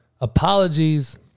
Apologies